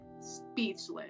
speechless